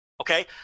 Okay